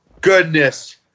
Goodness